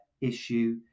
issue